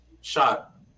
shot